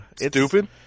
Stupid